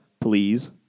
please